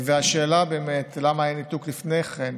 והשאלה באמת למה היה ניתוק לפני כן,